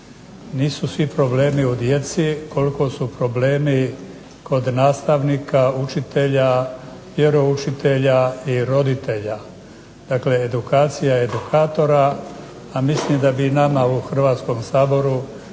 Nisu svi problemi u djeci, koliko su problemi kod nastavnika, učitelja, vjeroučitelja i roditelja. Dakle, edukacija edukatora, a mislim da bi i nama u Hrvatskom saboru